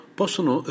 possono